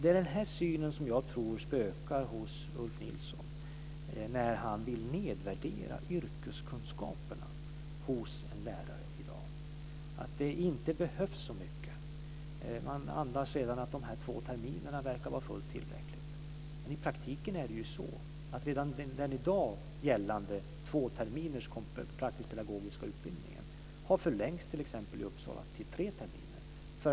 Det är denna syn som jag tror spökar hos Ulf Nilsson när han vill nedvärdera yrkeskunskaperna hos en lärare i dag. Det skulle inte behövas så mycket, utan man andas att redan de här två terminerna verkar vara fullt tillräckligt. Men i praktiken har ju den i dag gällande tvåterminers praktisk-pedagogiska utbildningen t.ex. i Uppsala förlängts till tre terminer.